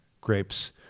grapes